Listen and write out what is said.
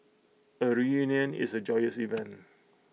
A reunion is A joyous event